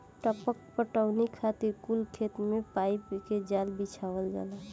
टपक पटौनी खातिर कुल खेत मे पाइप के जाल बिछावल जाला